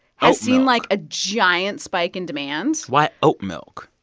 has seen, like, a giant spike in demand why oat milk?